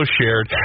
shared